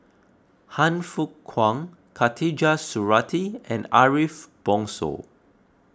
Han Fook Kwang Khatijah Surattee and Ariff Bongso